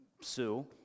Sue